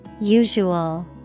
Usual